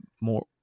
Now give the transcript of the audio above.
more